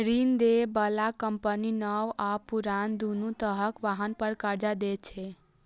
ऋण दै बला कंपनी नव आ पुरान, दुनू तरहक वाहन पर कर्ज दै छै